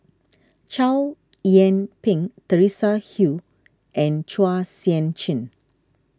Chow Yian Ping Teresa Hsu and Chua Sian Chin